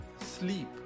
sleep